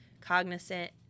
cognizant